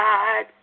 God